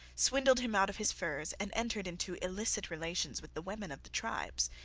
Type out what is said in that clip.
swindled him out of his furs, and entered into illicit relations with the women of the tribes.